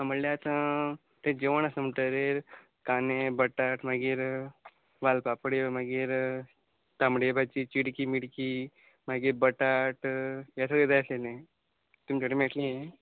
म्हळ्ळ्या आतां तें जेवण आसा म्हणटरेर कांदे बटाट मागीर वाल पापडी मागीर तांबडी भाजी चिडकी मिडकी मागीर बटाट हें सगळें जाय आशिल्लें तुमगेर मेळट्लें यें